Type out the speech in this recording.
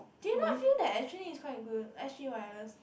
do you not feel that actually it's quite good s_g wireless